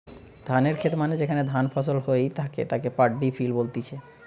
ধানের খেত মানে যেখানে ধান ফসল হই থাকে তাকে পাড্ডি ফিল্ড বলতিছে